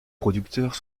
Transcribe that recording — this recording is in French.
producteurs